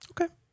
Okay